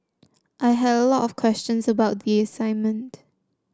I had a lot of questions about the assignment